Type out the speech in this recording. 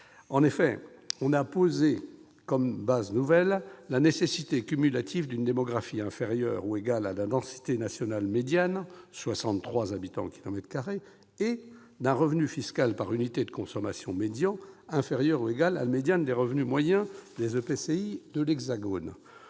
En effet, on a posé comme base nouvelle la nécessité cumulative d'une démographie inférieure ou égale à la densité nationale médiane, soit 63 habitants au kilomètre carré, et d'un revenu fiscal par unité de consommation médian inférieur ou égal à la médiane des revenus moyens des EPCI de l'Hexagone.